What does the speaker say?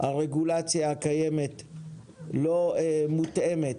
הרגולציה הקיימת לא מותאמת,